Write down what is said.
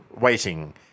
waiting